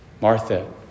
Martha